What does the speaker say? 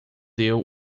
deu